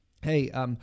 Hey